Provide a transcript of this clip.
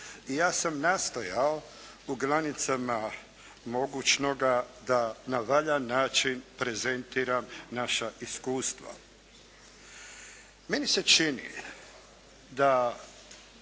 I ja sam nastojao u granicama mogućega da na valjan način prezentiram naša iskustva. Meni se čini da